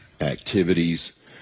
activities